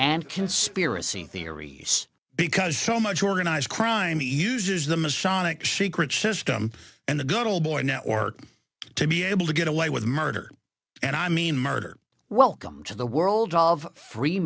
and conspiracy theories because so much organized crime he uses the masonic she crit system and the good old boy network to be able to get away with murder and i mean murder welcome to the world all of free